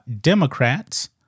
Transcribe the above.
Democrats